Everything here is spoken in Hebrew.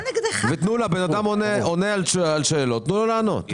האדם עונה על שאלות, תנו לו לענות.